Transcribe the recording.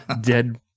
dead